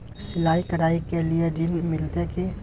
सिलाई, कढ़ाई के लिए ऋण मिलते की?